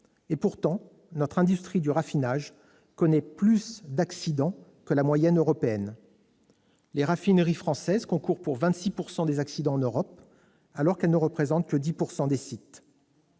Pourtant, notre industrie du raffinage connaît plus d'accidents que la moyenne européenne : les raffineries françaises concentrent 26 % des accidents en Europe, alors qu'elles ne représentent que 10 % des sites.